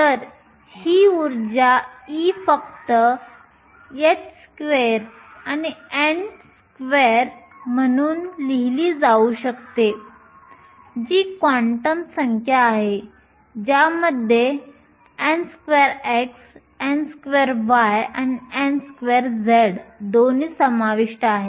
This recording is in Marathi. तर ती ऊर्जा E फक्त h2 आणि n2 म्हणून लिहीली जाऊ शकते जी क्वांटम संख्या आहे ज्यामध्ये nx2 ny2 आणि nz2 दोन्ही समाविष्ट आहेत